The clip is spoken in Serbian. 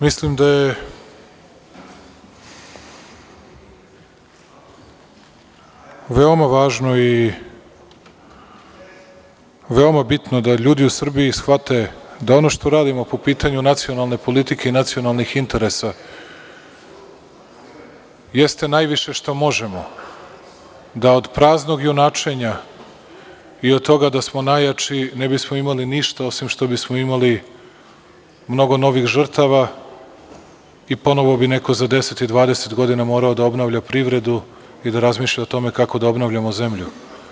Mislim da je veoma važno i veoma bitno da ljudi u Srbiji shvate da ono što radimo po pitanju nacionalne politike i nacionalnih interesa jeste najviše što možemo da od praznog junačenja i od toga da smo najjači ne bismo imali ništa, osim što bismo imali mnogo novih žrtava i ponovo bi neko za 10 i 20 godina morao da obnavlja privredu i da razmišlja o tome kako da obnavljamo zemlju.